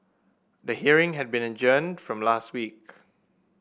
the hearing had been adjourned from last week